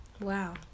Wow